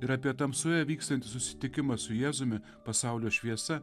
ir apie tamsoje vykstantį susitikimą su jėzumi pasaulio šviesa